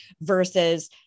versus